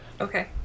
Okay